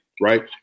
right